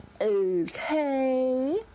Okay